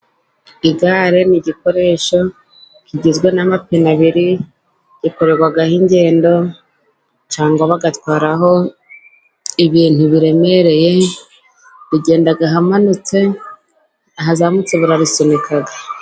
Igare ni igikoresho kigizwe n'amapine abiri, gikorerwaho ingendo cyangwa bagatwaraho ibintu biremereye, rigenda ahamanutse, ahazamutse bararisunika.